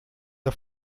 auf